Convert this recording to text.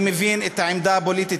אני מבין את העמדה הפוליטית.